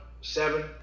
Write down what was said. seven